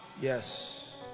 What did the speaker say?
Yes